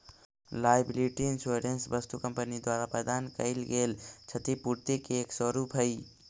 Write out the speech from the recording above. liability insurance वस्तु company द्वारा प्रदान कैइल गेल क्षतिपूर्ति के एक स्वरूप हई